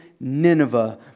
Nineveh